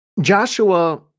Joshua